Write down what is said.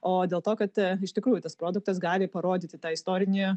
o dėl to kad iš tikrųjų tas produktas gali parodyti tą istorinį